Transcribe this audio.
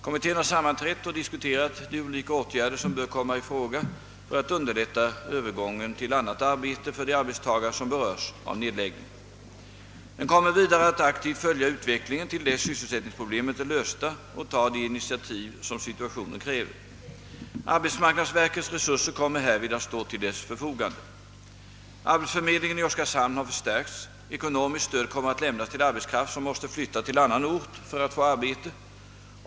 Kommittén har sammanträtt och diskuterat de olika åtgärder som bör komma i fråga för att underlätta övergången till annat arbete för de arbetstagare som berörs av nedläggningen. Den kommer vidare att aktivt följa utvecklingen till dess sysselsättningsproblemen är lösta och ta de initiativ som situationen kräver. Arbetsmarknadsverkets resurser kommer härvid att stå till dess förfogande. Arbetsförmedlingen i Oskarshamn har förstärkts. Ekonomiskt stöd kommer att lämnas till arbetskraft som måste flytta till annan ort för att få arbete.